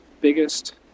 biggest